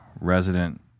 resident